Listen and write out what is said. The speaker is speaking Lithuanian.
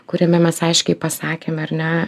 kuriame mes aiškiai pasakėme ar ne